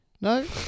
No